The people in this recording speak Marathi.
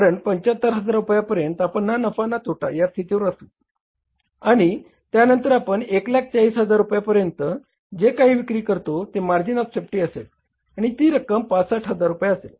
कारण 75000 रुपया पर्यंत आपण ना नफा ना तोटा या स्थितीवर असूत आणि त्यानंतर आपण 140000 रुपये पर्यंत जे काही विक्री करतो ते मार्जिन ऑफ सेफ्टी असेल आणि ती रक्कम 65000 रुपये असेल